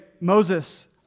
Moses